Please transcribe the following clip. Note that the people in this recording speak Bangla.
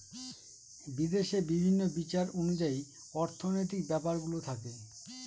বিদেশে বিভিন্ন বিচার অনুযায়ী অর্থনৈতিক ব্যাপারগুলো থাকে